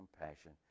compassion